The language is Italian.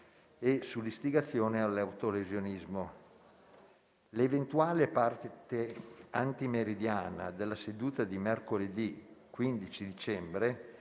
e sull'istigazione all'autolesionismo. L'eventuale parte antimeridiana della seduta di mercoledì 15 dicembre